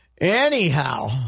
Anyhow